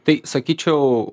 tai sakyčiau